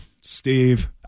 Steve